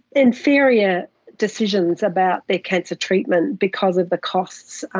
inferior decisions about their cancer treatment because of the costs,